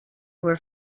were